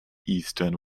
eastern